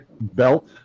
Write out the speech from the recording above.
belt